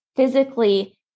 physically